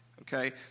Okay